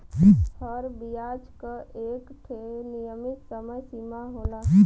हर बियाज क एक ठे नियमित समय सीमा होला